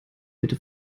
bitte